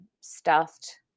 stuffed